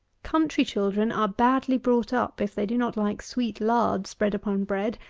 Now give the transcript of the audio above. country children are badly brought up if they do not like sweet lard spread upon bread,